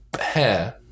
hair